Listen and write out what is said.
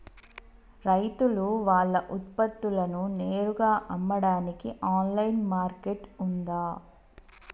రైతులు వాళ్ల ఉత్పత్తులను నేరుగా అమ్మడానికి ఆన్లైన్ మార్కెట్ ఉందా?